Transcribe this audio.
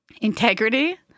integrity